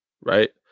right